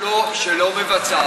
כשממשלה לא מבצעת,